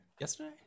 yesterday